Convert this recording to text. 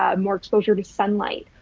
ah more exposure to sunlight,